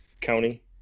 county